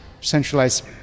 centralized